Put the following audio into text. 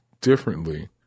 differently